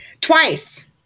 Twice